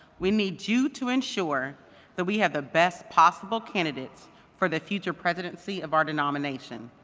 we need you to ensure that we have the best possible candidates for the future presidency of our denomination.